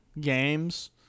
games